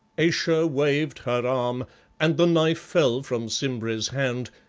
ayesha waved her arm and the knife fell from simbri's hand,